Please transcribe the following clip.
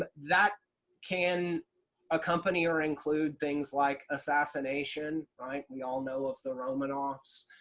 ah that can accompany or include things like assassination. right? we all know of the romanovs.